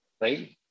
right